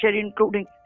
including